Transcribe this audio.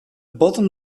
bottom